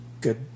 Good